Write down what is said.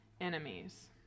enemies